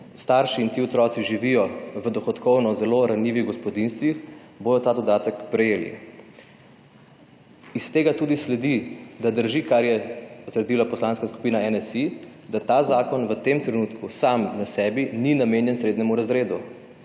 starši in ti otroci živijo v dohodkovno zelo ranljivih gospodinjstvih, bodo ta dodatek prejeli. Iz tega tudi sledi, da drži, kar je trdila Poslanska skupina NSi, da ta zakon v tem trenutku sam po sebi ni namenjen srednjemu razredu,